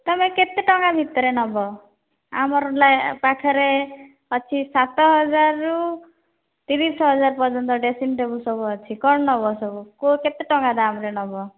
ତମେ କେତେ ଟଙ୍କା ଭିତରେ ନେବ ଆମର ପାଖରେ ଅଛି ସାତ ହଜାରରୁ ତିରିଶ ହଜାର ପର୍ଯ୍ୟନ୍ତ ଡ୍ରେସିଂ ଟେବଲ୍ ସବୁ ଅଛି କ'ଣ ନେବ ସବୁ କୁହ କେତେ ଟଙ୍କା ଦାମ୍ରେ ନେବ